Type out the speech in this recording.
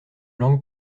langues